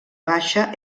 baixa